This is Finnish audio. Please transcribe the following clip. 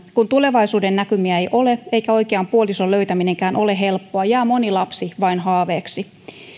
kun tulevaisuudennäkymiä ei ole eikä oikean puolison löytäminenkään ole helppoa jää moni lapsi vain haaveeksi